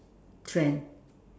trend